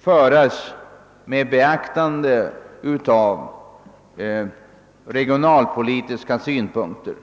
föras med beaktande av regionalpolitiska synpunkter.